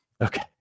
okay